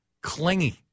clingy